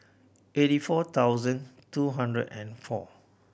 eighty four thousand two hundred and four